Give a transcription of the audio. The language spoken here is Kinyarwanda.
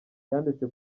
yanditse